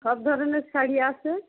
সব ধরনের শাড়ি আছে